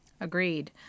Agreed